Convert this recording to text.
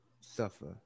suffer